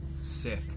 Sick